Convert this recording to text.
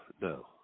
no